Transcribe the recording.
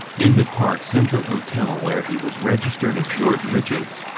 in the park central hotel where he was registered as george richards.